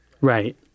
Right